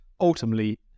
ultimately